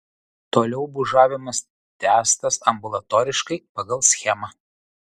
toliau bužavimas tęstas ambulatoriškai pagal schemą